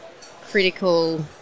critical